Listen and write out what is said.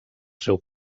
seu